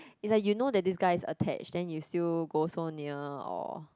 is like you know that this guy is attached then you still go so near or